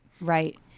Right